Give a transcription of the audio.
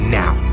now